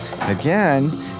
Again